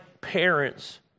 parents